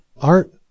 art